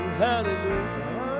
hallelujah